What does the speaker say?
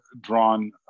drawn